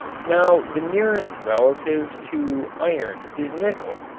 now the nearest relative to iron is nickel,